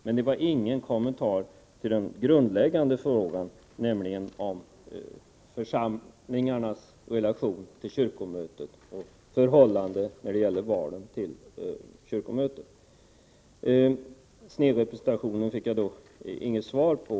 Jag fick ingen kommentar till den grundläggande frågan, nämligen om församlingarnas relation till kyrkomötet och förhållandet när det gäller val till kyrkomötet. Frågan om snedrepresentation fick jag inget svar på.